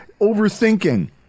overthinking